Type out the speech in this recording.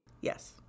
yes